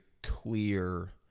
clear